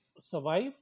survive